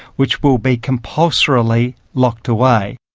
which will be compulsorily locked away.